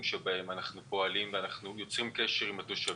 שבהם אנחנו פועלים ואנחנו יוצרים קשר עם התושבים.